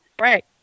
Right